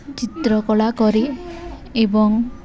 ଚିତ୍ରକଳା କରେ ଏବଂ